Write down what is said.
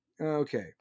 Okay